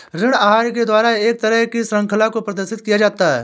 ऋण आहार के द्वारा एक तरह की शृंखला को प्रदर्शित किया जाता है